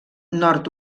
nord